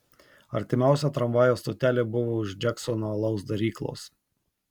artimiausia tramvajaus stotelė buvo už džeksono alaus daryklos